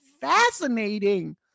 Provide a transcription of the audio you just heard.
fascinating